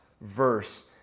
verse